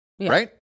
Right